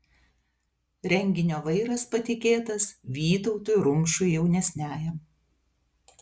renginio vairas patikėtas vytautui rumšui jaunesniajam